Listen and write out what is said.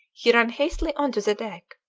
he ran hastily on to the deck.